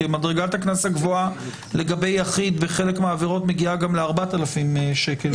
כי מדרגת הגבוהה לגבי יחיד בחלק מהעבירות מגיעה גם ל-4,000 שקלים.